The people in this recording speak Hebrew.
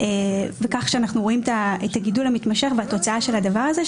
וכך שאנחנו רואים את הגידול המתמשך והתוצאה של הדבר הזה,